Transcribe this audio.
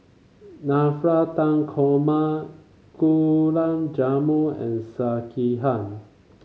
Navratan Korma Gulan Jamun and Sekihan